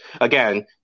again